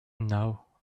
now